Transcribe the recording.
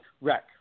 Wreck